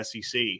SEC